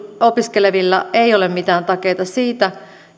opiskelevilla ei ole mitään takeita siitä